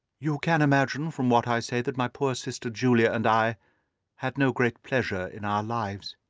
you can imagine from what i say that my poor sister julia and i had no great pleasure in our lives.